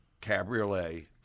Cabriolet